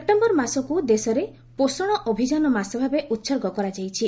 September ମାସକୁ ଦେଶରେ ପୋଷଣ ଅଭିଯାନ ମାସ ଭାବେ ଉତ୍ସର୍ଗ କରାଯାଇଛି